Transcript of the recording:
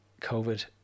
COVID